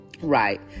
Right